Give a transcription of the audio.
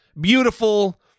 beautiful